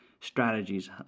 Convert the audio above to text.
strategies